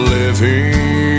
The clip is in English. living